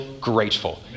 grateful